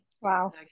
Wow